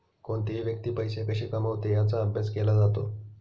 कोणतीही व्यक्ती पैसे कशी कमवते याचा अभ्यास केला जातो